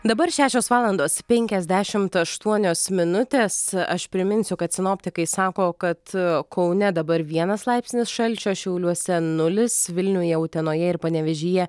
dabar šešios valandos penkiasdešimt aštuonios minutės aš priminsiu kad sinoptikai sako kad kaune dabar vienas laipsnis šalčio šiauliuose nulis vilniuje utenoje ir panevėžyje